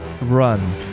run